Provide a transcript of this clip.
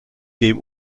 dem